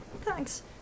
Thanks